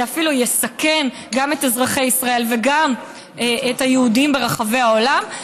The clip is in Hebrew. זה אפילו יסכן גם את אזרחי ישראל וגם את היהודים ברחבי העולם.